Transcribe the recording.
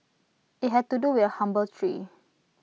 IT had to do with A humble tree